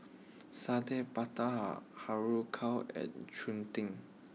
Satay Babat Har Har Kow and Cheng Tng